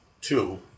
two